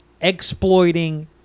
exploiting